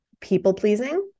People-pleasing